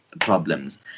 problems